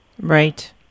Right